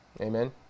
Amen